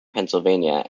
pennsylvania